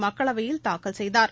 மக்களவையில் தாக்கல் செய்தார்